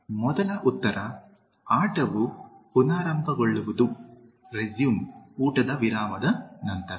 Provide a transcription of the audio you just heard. ಮೊದಲ ಉತ್ತರಆಟವು ಪುನರಾರಂಭಗೊಳ್ಳುತ್ತದೆ ರೆಸ್ಯುಮ್ ಊಟದ ವಿರಾಮದ ನಂತರ